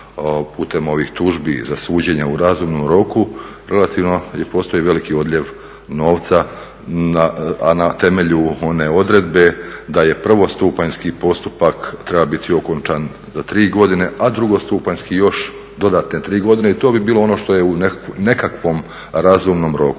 putem ovih tužbi za suđenje u razumnom roku relativno postoji veliki odljev novca, a na temelju one odredbe da prvostupanjski postupak treba biti okončan za 3 godine, a drugostupanjski još dodatne 3 godine i to bi bilo ono što je u nekakvom razumnom roku.